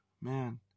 man